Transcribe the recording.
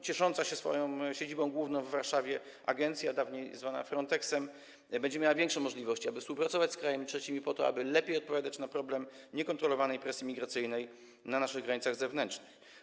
Ciesząca się swoją siedzibą główną w Warszawie agencja, dawniej zwana Fronteksem, będzie miała większe możliwości, aby współpracować z krajami trzecimi po to, aby lepiej odpowiadać na problem niekontrolowanej presji migracyjnej na naszych granicach zewnętrznych.